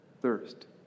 thirst